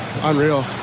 Unreal